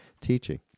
teaching